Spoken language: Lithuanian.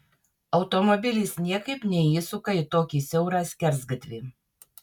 automobilis niekaip neįsuka į tokį siaurą skersgatvį